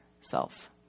self